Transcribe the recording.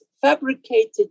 fabricated